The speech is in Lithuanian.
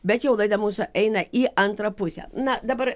bet jau laida mūsų eina į antrą pusę na dabar